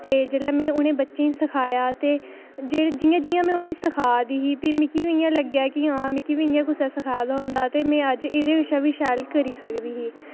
ते जेल्लै में उ'नें बच्चें गी सखाया ते जेह्ड़े जि'यां जि'यां में उ'नें गी सखा दी ही फ्ही मिकी बी उआं लग्गेआ कि हां मिकी बी कुसै सखाए दा होंदा ते में एह्दे कशा बी शैल करी सकदी ही